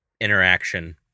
interaction